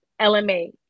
LMA